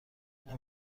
این